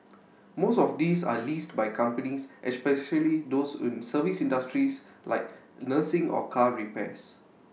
most of these are leased by companies especially those in service industries like nursing or car repairs